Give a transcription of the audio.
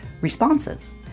responses